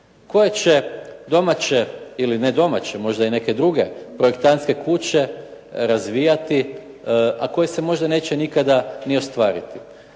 koje će domaće ili ne domaće, možda i neke druge projektantske kuće razvijati, a koje se možda neće nikada ni ostvariti.